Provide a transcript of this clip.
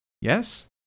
Yes